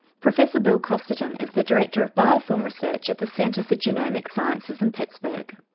professor bill costerton is the director of biofilm research at the centre for genomic sciences in pittsburgh.